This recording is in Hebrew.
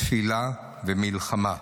תפילה ומלחמה.